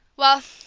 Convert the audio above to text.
well,